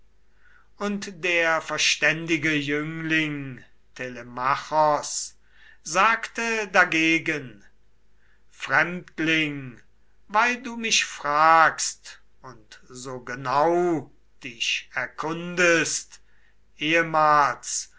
und der verständige jüngling telemachos sagte dagegen fremdling weil du mich fragst und so genau dich erkundest ehmals